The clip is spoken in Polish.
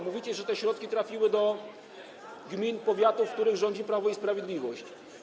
Mówicie, że te środki trafiły do gmin i powiatów, w których rządzi Prawo i Sprawiedliwość.